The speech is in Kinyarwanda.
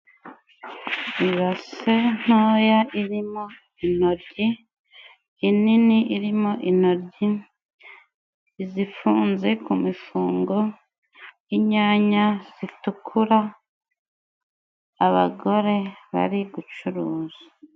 Ibase ntoya irimo intoryi, inini irimo intoryi izifunze ku mifungo, inyanya zitukura abagore bari gucuruza.